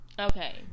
Okay